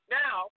now